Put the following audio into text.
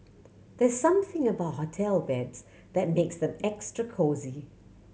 there's something about hotel beds that makes them extra cosy